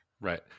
right